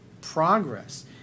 progress